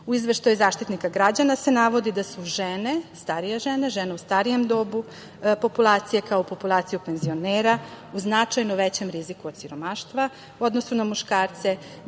U izveštaju Zaštitnika građana se navodi da su žene, starije žene, žene u starijem dobu populacije, kao u populacija penzionera u značajnom većem riziku od siromaštva u odnosu na muškarce,